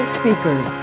speakers